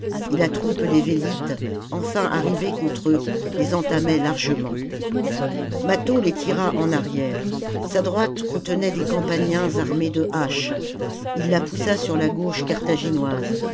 et la troupe des vélites enfin arrivée contre eux les entamait largement mâtho les tira en arrière sa droite contenait des campaniens armés de haches il la poussa sur la gauche carthaginoise